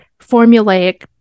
formulaic